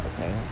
okay